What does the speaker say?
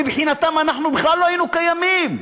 מבחינתם אנחנו בכלל לא היינו קיימים.